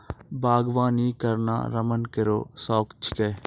बागबानी करना रमन केरो शौक छिकै